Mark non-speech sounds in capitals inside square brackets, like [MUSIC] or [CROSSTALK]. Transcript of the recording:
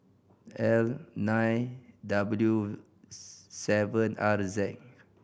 L nine W [UNINTELLIGIBLE] seven R Z